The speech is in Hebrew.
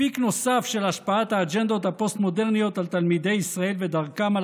אפיק נוסף של השפעת האג'נדות הפוסט-מודרניות על תלמידי ישראל ודרכם על